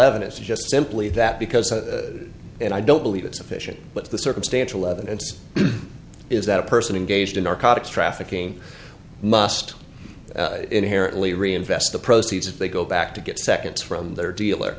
evidence just simply that because i don't believe it sufficient but the circumstantial evidence is that a person engaged in arcata trafficking must inherently reinvest the proceeds if they go back to get seconds from their dealer